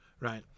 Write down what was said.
right